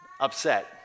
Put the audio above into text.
upset